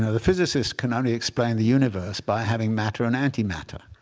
the physicists can only explain the universe by having matter and anti-matter.